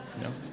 No